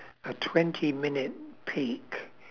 a twenty minute peek